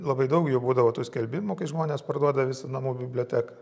labai daug jų būdavo tų skelbimų kai žmonės parduoda visą namų biblioteką